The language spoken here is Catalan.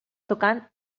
tocant